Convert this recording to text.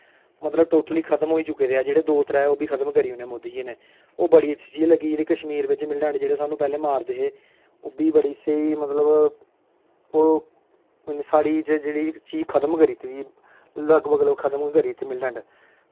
मतलब टोटली खत्म होई चुके दे ऐ जेह्ड़े दो त्रैऽ ओह् बी खत्म करी ओने मोदी जी ने ओह् बड़ी अच्छी चीज लग्गी कि जेह्ड़ी कश्मीर बिच मिलिटेंट जेह्ड़े पैह्लें सानूं मारदे हे ओह् बी बड़ी स्हेई मतलब ओह् साढ़ी चीज जेह्ड़ी चीज खत्म करी दित्ती दी लगभग लोग खत्म गै करी दित्ते मिलिटेंट